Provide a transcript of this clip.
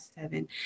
seven